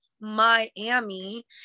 Miami